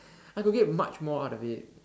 I could get much more out of it